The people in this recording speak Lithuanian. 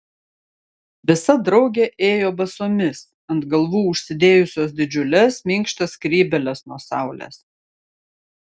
visa draugė ėjo basomis ant galvų užsidėjusios didžiules minkštas skrybėles nuo saulės